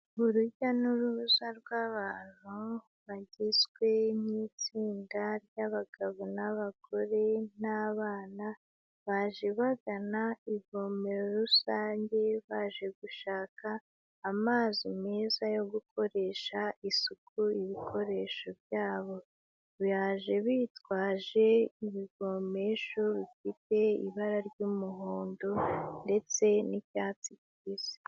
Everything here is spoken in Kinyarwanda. Urujya n'uruza rw'abantu bagizwe n'itsinda ry'abagabo n'abagore n'abana, baje bagana ivomero rusange baje gushaka amazi meza yo gukoresha isuku ibikoresho byabo, baje bitwaje ibivomesho bifite ibara ry'umuhondo ndetse n'icyatsi kibisi.